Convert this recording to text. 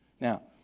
Now